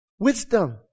Wisdom